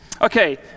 Okay